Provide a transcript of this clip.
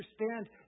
understand